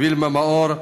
וילמה מאור,